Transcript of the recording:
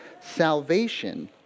salvation